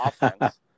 offense